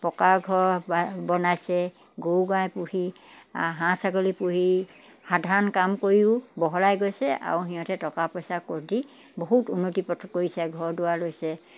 পকা ঘৰ বনাইছে গৰু গাই পুহি হাঁহ ছাগলী পুহি সাধাৰণ কাম কৰিও বহলাই গৈছে আৰু সিহঁতে টকা পইচা কৰি দি বহুত উন্নতিৰ পথত কৰিছে ঘৰ দুৱাৰ লৈছে